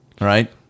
right